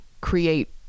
create